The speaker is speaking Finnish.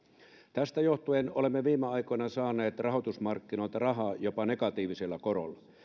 tästä johtuen olemme viime aikoina saaneet rahoitusmarkkinoilta rahaa jopa negatiivisella korolla